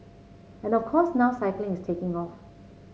and of course now cycling is taking off